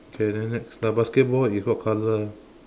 K then next the basketball is what color